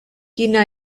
quina